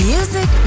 Music